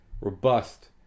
robust